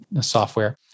software